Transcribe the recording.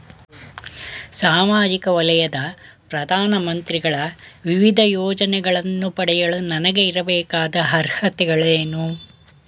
ಸಾಮಾಜಿಕ ವಲಯದ ಪ್ರಧಾನ ಮಂತ್ರಿಗಳ ವಿವಿಧ ಯೋಜನೆಗಳನ್ನು ಪಡೆಯಲು ನನಗೆ ಇರಬೇಕಾದ ಅರ್ಹತೆಗಳೇನು?